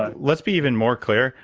ah let's be even more clear.